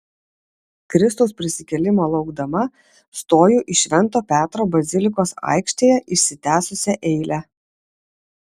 kristaus prisikėlimo laukdama stoju į švento petro bazilikos aikštėje išsitęsusią eilę